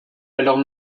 alors